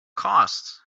costs